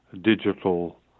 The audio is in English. digital